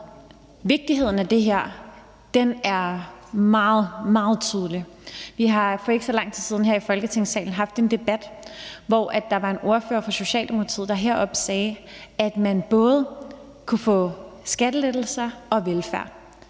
og vigtigheden af det her er meget, meget tydelig. Vi har for ikke så lang tid siden her i Folketingssalen haft en debat, hvor der var en ordfører fra Socialdemokratiet, der sagde, at man både kunne få skattelettelser og velfærd.